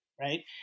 right